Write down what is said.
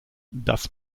das